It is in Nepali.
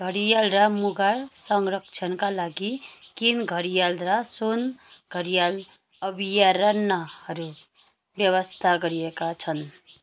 घडियाल र मुगर संरक्षणका लागि केन घरियाल र सोन घरियाल अभयारण्यहरू व्यवस्था गरिएका छन्